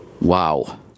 Wow